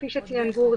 כפי שציין גור,